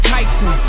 Tyson